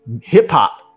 hip-hop